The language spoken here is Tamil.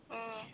ஓ